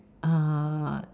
err